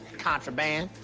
contraband.